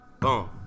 boom